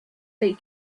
take